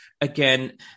again